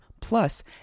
plus